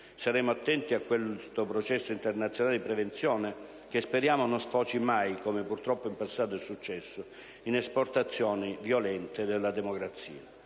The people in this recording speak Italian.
Saremo attenti a questo processo internazionale di prevenzione che speriamo non sfoci mai, come purtroppo in passato è successo, in esportazioni violente della democrazia.